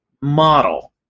model